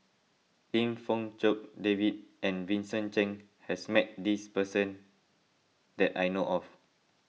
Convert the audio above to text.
Lim Fong Jock David and Vincent Cheng has met this person that I know of